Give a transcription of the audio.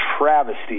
travesty